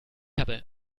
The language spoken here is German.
habe